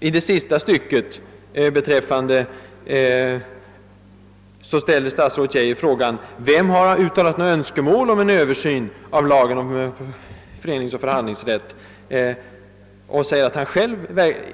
Till sist ställde statsrådet Geijer frågan, vem som har uttalat önskemål om en översyn av lagen om föreningsoch förhandlingsrätt och sade att han själv